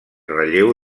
relleu